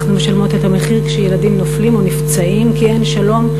אנחנו משלמות את המחיר כשילדים נופלים או נפצעים כי אין שלום,